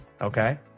Okay